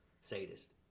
Sadist